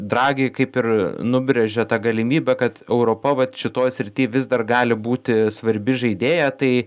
dragi kaip ir nubrėžia tą galimybę kad europa vat šitoj srity vis dar gali būti svarbi žaidėja tai